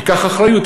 ייקח אחריות,